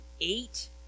eight